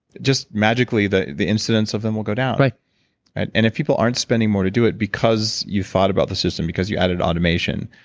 just magically the the incidents of them will go down right and and if people aren't spending more to do it, because you've thought about the system because you've added automation,